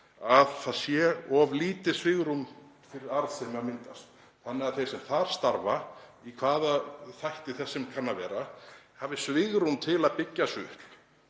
formað að of lítið svigrúm fyrir arðsemi sé að myndast þannig að þeir sem þar starfa, í hvaða þætti þess sem kann að vera, hafi svigrúm til að byggja sig upp,